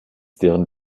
deren